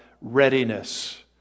readiness